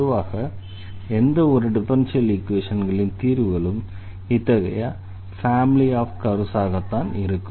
பொதுவாக எந்த ஒரு டிஃபரன்ஷியல் ஈக்வேஷன்களின் தீர்வுகளும் இத்தகைய ஃபேமிலி ஆஃப் கர்வ்ஸ் ஆகத்தான் இருக்கும்